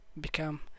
become